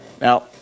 Now